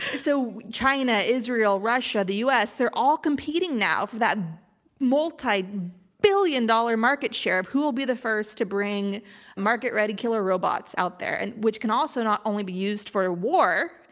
so china, israel, russia, the u s, they're all competing now for that multi billion dollar market share of who will be the first to bring market ready killer robots out there and which can also not only be used for a war,